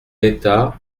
état